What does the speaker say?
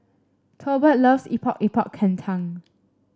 Tolbert loves Epok Epok Kentang